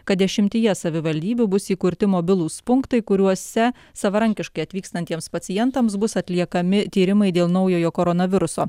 kad dešimtyje savivaldybių bus įkurti mobilūs punktai kuriuose savarankiškai atvykstantiems pacientams bus atliekami tyrimai dėl naujojo koronaviruso